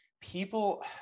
people